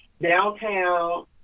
Downtown